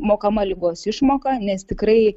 mokama ligos išmoka nes tikrai